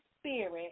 Spirit